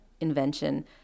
invention